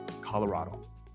Colorado